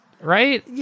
right